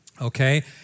Okay